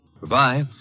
Goodbye